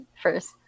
first